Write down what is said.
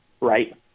right